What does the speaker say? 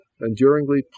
enduringly